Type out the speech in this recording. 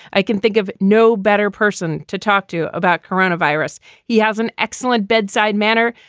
i can think of no better person to talk to about coronavirus. he has an excellent bedside manner.